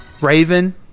Raven